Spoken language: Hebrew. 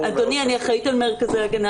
אני אחראית על מרכזי הגנה,